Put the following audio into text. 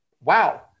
wow